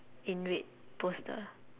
in red poster